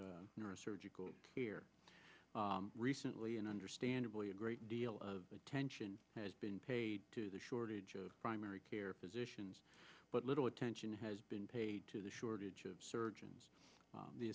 neurosurgical here recently and understandably a great deal of attention has been paid to the shortage of primary care physicians but little attention has been paid to the shortage of surgeons